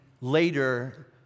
later